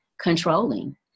controlling